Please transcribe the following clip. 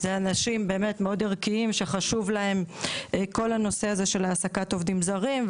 אלו אנשים מאוד ערכיים שחשוב להם כל נושא העסקת העובדים הזרים,